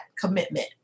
commitment